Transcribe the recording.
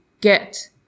get